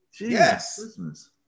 yes